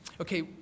Okay